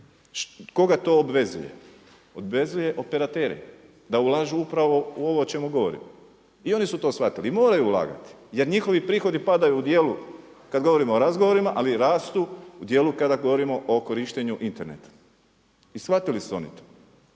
Koga to obvezuje? Obvezuje operatere da ulažu upravo u ovo o čemu govorim. I oni su to shvatili i moraju ulagati jer njihovi prihodi padaju u dijelu kada govorimo o razgovorima ali i rastu u dijelu kada govorimo o korištenju interneta. I shvatili su oni to,